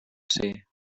say